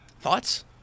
Thoughts